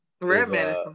Redman